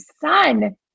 son